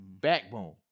backbone